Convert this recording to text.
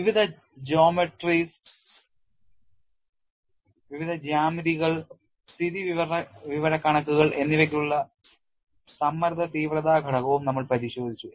വിവിധ ജ്യാമിതികൾ സ്ഥിതിവിവരക്കണക്കുകൾ എന്നിവയ്ക്കുള്ള സമ്മർദ്ദ തീവ്രത ഘടകവും നമ്മൾ പരിശോധിച്ചു